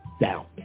down